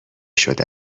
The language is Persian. شده